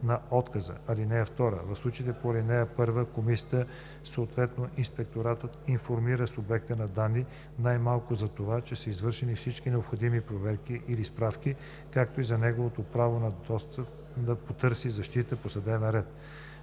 на отказа. (2) В случаите по ал. 1 комисията, съответно инспекторатът, информира субекта на данните най-малко за това, че са извършени всички необходими проверки или справки, както и за неговото право да потърси защита по съдебен ред.